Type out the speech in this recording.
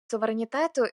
суверенітету